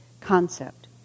concept